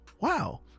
Wow